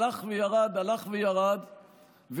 הלך וירד,